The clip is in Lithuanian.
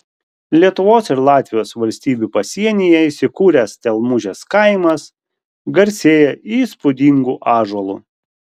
lietuvos ir latvijos valstybių pasienyje įsikūręs stelmužės kaimas garsėja įspūdingu ąžuolu